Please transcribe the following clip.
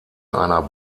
einer